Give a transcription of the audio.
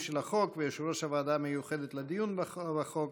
של החוק ויושב-ראש הוועדה המיוחדת לדיון בחוק,